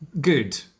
good